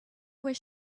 was